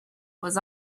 was